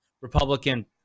Republican